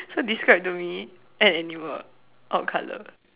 so describe to me an animal or color